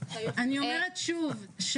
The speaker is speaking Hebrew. אבל אני אומר שוב,